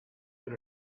that